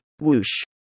Whoosh